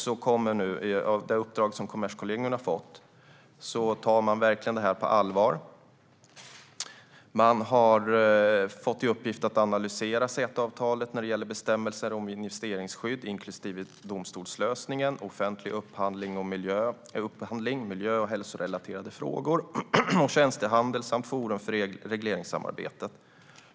I det uppdrag som Kommerskollegium har fått tar man verkligen detta på allvar. De har fått i uppgift att analysera CETA-avtalet när det gäller bestämmelser om investeringsskydd inklusive domstolslösningen, offentlig upphandling, miljö och hälsorelaterade frågor, tjänstehandel samt forum för regleringssamarbetet.